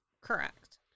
Correct